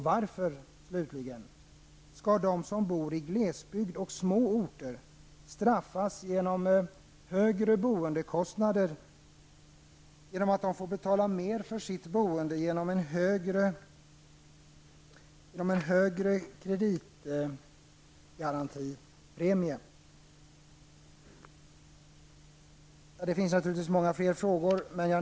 Varför skall de som bor i glesbygd och på små orter straffas genom högre boendekostnader på grund av att de får betala en högre kreditgarantipremie? Herr talman!